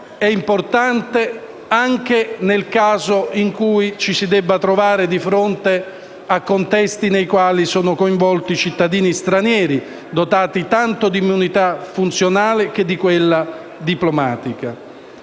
è importante anche nel caso in cui ci si trovi di fronte a contesti nei quali sono coinvolti cittadini stranieri, dotati tanto di immunità funzionale quanto di quella diplomatica.